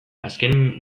azken